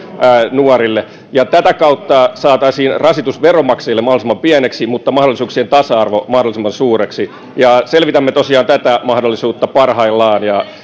nuorille tätä kautta saataisiin rasitus veronmaksajille mahdollisimman pieneksi mutta mahdollisuuksien tasa arvo mahdollisimman suureksi selvitämme tosiaan tätä mahdollisuutta parhaillaan ja